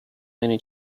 many